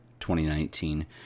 2019